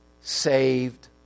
saved